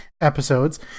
episodes